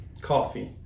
coffee